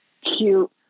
cute